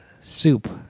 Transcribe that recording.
soup